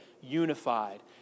unified